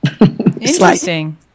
Interesting